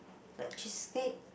like cheese cake